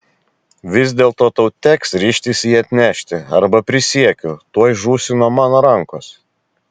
vis dėlto tau teks ryžtis jį atnešti arba prisiekiu tuoj žūsi nuo mano rankos